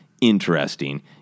interesting